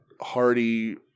Hardy